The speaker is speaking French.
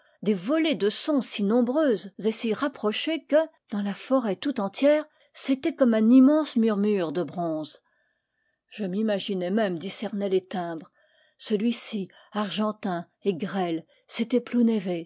des volées de sons si nombreuses et si rapprochées que dans la forêt tout entière c'était comme un immense mur mure de bronze je m'imaginais même discerner les timbres celui-ci argentin et grêle c'était plounévez